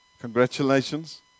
Congratulations